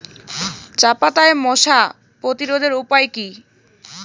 চাপাতায় মশা প্রতিরোধের উপায় কি?